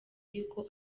y’uko